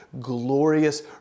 glorious